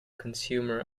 consumer